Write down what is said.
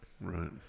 Right